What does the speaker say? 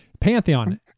Pantheon